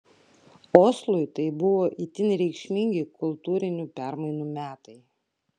oslui tai buvo itin reikšmingi kultūrinių permainų metai